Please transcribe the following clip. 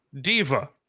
diva